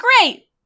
great